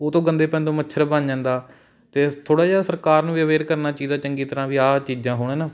ਉਤੋਂ ਗੰਦੇ ਪਾਣੀ ਤੋਂ ਮੱਛਰ ਬਣ ਜਾਂਦਾ ਅਤੇ ਥੋੜ੍ਹਾ ਜਾ ਸਰਕਾਰ ਨੂੰ ਵੀ ਅਵੇਅਰ ਕਰਨਾ ਚਾਹੀਦਾ ਚੰਗੀ ਤਰ੍ਹਾਂ ਵੀ ਆਹ ਚੀਜ਼ਾਂ ਹੋਣ ਹੈ ਨਾ